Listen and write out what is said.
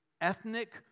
ethnic